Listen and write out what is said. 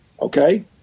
okay